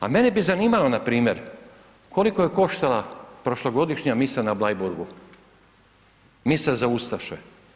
A mene bi zanimalo npr. koliko je koštala prošlogodišnja misa na Bleiburgu, misa za ustaše?